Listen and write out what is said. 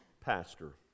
pastor